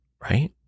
right